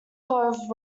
clothed